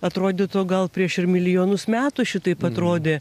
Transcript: atrodytų gal prieš ir milijonus metų šitaip atrodė